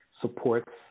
supports